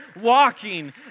walking